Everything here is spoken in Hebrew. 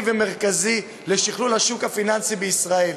ומרכזי לשכלול השוק הפיננסי בישראל.